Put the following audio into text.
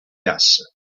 gas